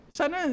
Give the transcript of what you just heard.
Sana